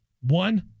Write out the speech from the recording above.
one